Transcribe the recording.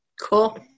Cool